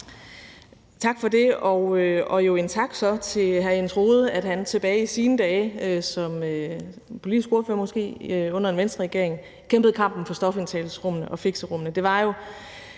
Tak for det, og jo også en tak til hr. Jens Rohde for, at han tilbage i sine dage som måske politisk ordfører under en Venstreregering kæmpede kampen for stofindtagelsesrummene og fixerummene.